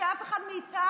שאף אחד מאיתנו